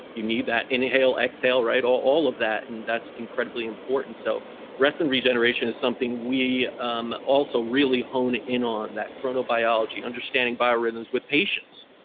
you need that. inhale, exhale, right? all all of that, and that's incredibly important. so rest and regeneration is something we um also really hone in on, that chronobiology, understanding biorhythms with patients.